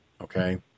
okay